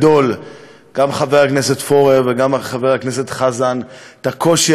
גם חבר הכנסת פורר וגם חבר הכנסת חזן שפירטו,